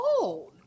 old